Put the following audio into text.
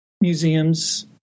museums